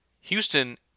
Houston